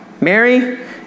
Mary